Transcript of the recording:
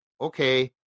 Okay